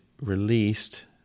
released